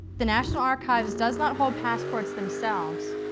the national archives does not hold passports themselves,